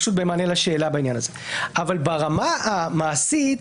ברמה המעשית,